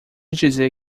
dizer